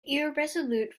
irresolute